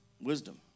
wisdom